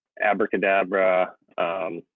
abracadabra